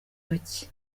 bake